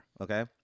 okay